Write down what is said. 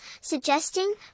suggesting